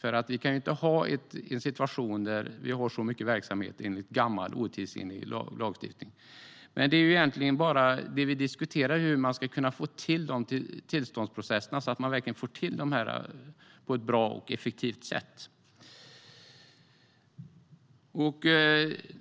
Det kan inte finnas så mycket verksamhet med tillstånd enligt gammal otidsenlig lagstiftning. Vi diskuterar nu hur vi kan få till stånd dessa tillståndsprocesser på ett bra och effektivt sätt.